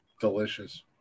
delicious